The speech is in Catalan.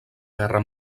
guerra